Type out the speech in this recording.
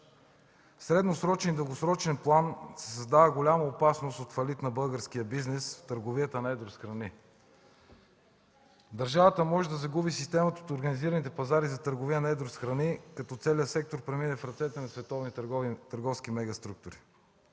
средносрочен и дългосрочен план се създава голяма опасност от фалит на българския бизнес и търговията на едро с храни. Държавата може да загуби системата от организираните пазари за търговия на едро с храни, като целият сектор премине в ръцете на световни търговски мега структури,